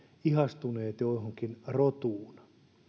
ihastuneet johonkin rotuun